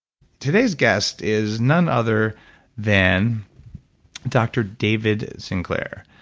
today's guest is none other than dr. david sinclair.